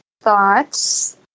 thoughts